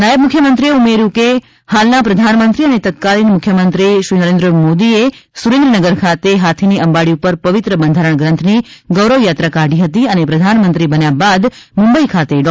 નાયબ મુખ્યમંત્રીએ ઉમેર્યું કે હાલના પ્રધાનમંત્રી અને તત્કાલીન મુખ્યમંત્રી શ્રી નરેન્દ્રમોદીએ સુરેન્દ્રનગર ખાતે હાથીની અંબાડી પર પવિત્ર બંધારણ ગ્રંથની ગૌરવયાત્રા કાઢી હતી અને પ્રધાનમંત્રી બન્યા બાદ મુંબઇ ખાતે ડો